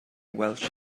welsh